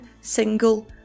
single